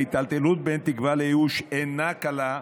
ההיטלטלות בין תקווה לייאוש אינה קלה,